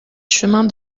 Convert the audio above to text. chemin